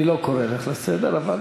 אני לא קורא אותך לסדר, אבל